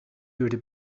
duurde